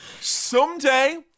Someday